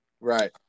Right